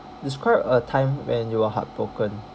describe a time when you were heartbroken